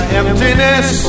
emptiness